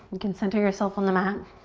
you can center yourself on the mat.